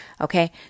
Okay